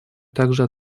также